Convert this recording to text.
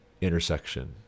intersection